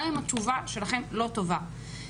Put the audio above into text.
גם אם התשובה שלכם לא טובה.